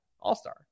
all-star